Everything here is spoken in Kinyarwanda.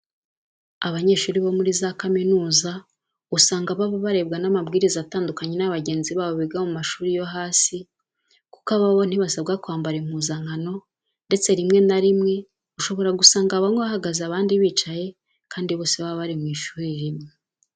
Abanyeshuri bo muri za kaminuza usanga baba barebwa n'amabwiriza atandukanye n'aya bagenzi babo biga mu mashuri yo hasi kuko aba bo ntibasabwa kwambara impuzankano ndetse rimwe na rimwe ushobora gusanga bamwe bahagaze abandi bicaye kandi bose bari mu ishuri rimwe.